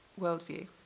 worldview